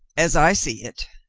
as i see it,